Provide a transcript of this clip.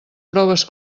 proves